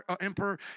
emperor